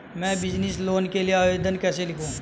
मैं business loan के लिए आवेदन कैसे लिखूँ?